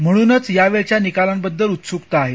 म्हणूनच या निकालांबद्दल उत्सुकता आहे